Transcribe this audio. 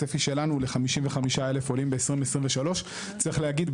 הצפי שלנו הוא ל-55,000 עולים בשנת 2023. צריך להגיד,